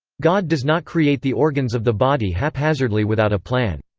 god does not create the organs of the body haphazardly without a plan.